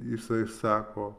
jisai sako